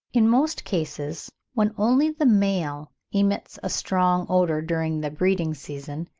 in most cases, when only the male emits a strong odour during the breeding-season,